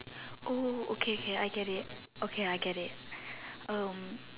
oh okay okay I get it okay I get it um